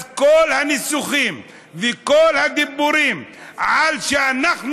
אז כל הניסוחים וכל הדיבורים על שאנחנו